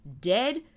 dead